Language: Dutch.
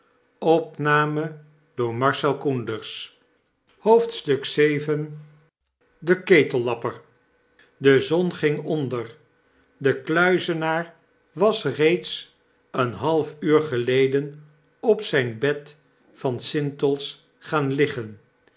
de ketellapper de zon ging onder de kluizenaar was reeds een half uur geleden op zyn bed van sintels gaan liggen